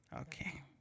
okay